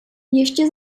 ještě